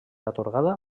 atorgada